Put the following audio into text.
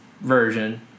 version